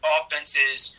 offenses